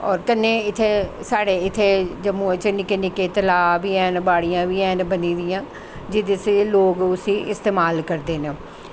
होर कन्नै इत्थें साढ़े इत्थें जम्मू च निक्के निक्के तलाऽ बी हैन बाड़ियां बी हैन बनी दियां जेह्दे आस्तै लोग उसी इस्तमाल करदे न